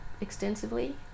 extensively